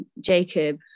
Jacob